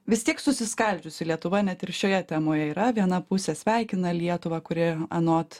vis tiek susiskaldžiusi lietuva net ir šioje temoje yra viena pusė sveikina lietuvą kuri anot